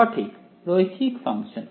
সঠিক রৈখিক ফাংশন